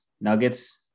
Nuggets